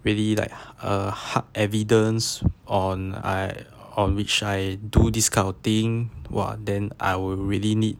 really like a hard evidence on I on which I do this kind of thing !wah! then I would really need